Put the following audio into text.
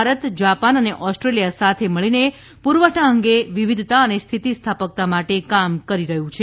Bharat Japan અને Australia સાથે મળીને પુરવઠા અંગે વિવિધતા અને સ્થિતિ સ્થાપકતા માટે કામ કરીરહ્યું છે